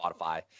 Spotify